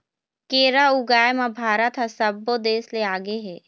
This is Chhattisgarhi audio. केरा ऊगाए म भारत ह सब्बो देस ले आगे हे